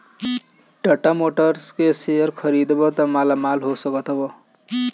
Tata Motors के शेयर खरीदबअ त मालामाल हो सकत हवअ